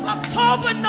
October